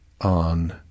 on